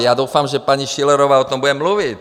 Já doufám, že paní Schillerová o tom bude mluvit.